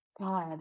God